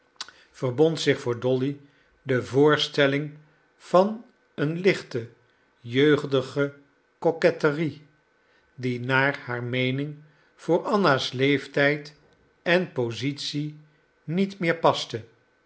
verbond zich voor dolly de voorstelling van een lichte jeugdige coquetterie die naar haar meening voor anna's leeftijd en positie niet meer paste